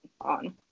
on